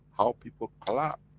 how people clap,